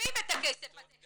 גונבים את הכסף הזה.